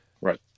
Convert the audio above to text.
Right